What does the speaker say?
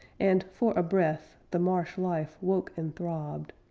and, for a breath, the marsh life woke and throbbed.